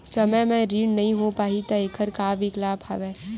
समय म ऋण नइ हो पाहि त एखर का विकल्प हवय?